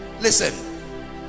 listen